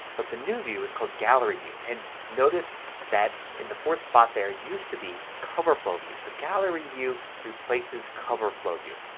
but the new view is called gallery view. and notice that in the fourth spot there used to be cover flow view. so gallery view replaces cover flow view.